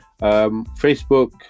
facebook